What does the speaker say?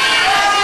לא.